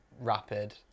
rapid